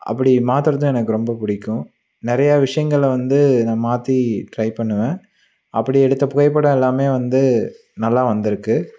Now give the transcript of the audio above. அப்படி மாற்றுறதும் எனக்கு ரொம்ப பிடிக்கும் நிறையா விஷயங்களை வந்து நான் மாற்றி ட்ரை பண்ணுவேன் அப்படி எடுத்த புகைப்படம் எல்லாமே வந்து நல்லா வந்திருக்கு